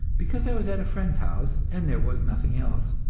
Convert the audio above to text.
because i was at a friend's house and there was nothing else,